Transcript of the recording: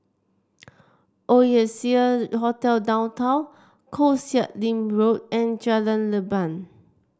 Oasia Hotel Downtown Koh Sek Lim Road and Jalan Leban